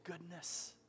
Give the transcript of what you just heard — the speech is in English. goodness